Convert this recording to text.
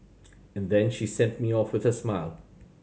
and then she sent me off with a smile